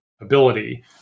ability